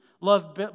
Love